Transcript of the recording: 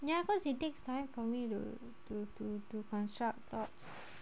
ya cause it takes time for me to to to to construct thoughts